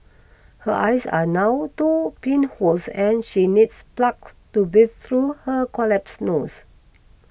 her eyes are now two pinholes and she needs plugs to breathe through her collapsed nose